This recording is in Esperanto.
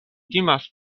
timas